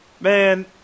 Man